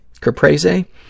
caprese